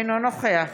אינו נוכח